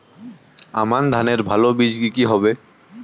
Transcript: আমান ধানের ভালো বীজ কি কি হবে?